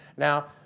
now,